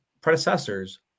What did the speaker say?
predecessors